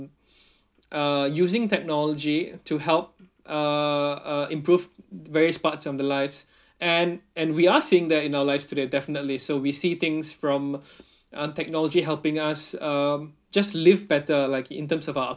uh using technology to help uh improve various parts of their lives and and we are seeing that in our lives today definitely so we see things from uh technology helping us um just live better like in terms of our